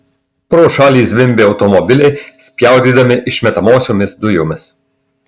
pro šalį zvimbė automobiliai spjaudydami išmetamosiomis dujomis